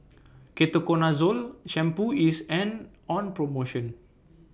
Ketoconazole Shampoo IS An on promotion